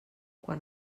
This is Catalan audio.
quan